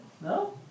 No